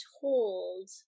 told